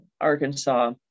Arkansas